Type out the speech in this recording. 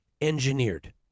Engineered